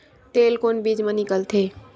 तेल कोन बीज मा निकलथे?